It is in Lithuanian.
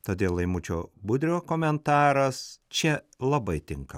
todėl laimučio budrio komentaras čia labai tinka